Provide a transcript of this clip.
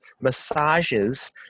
massages